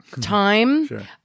time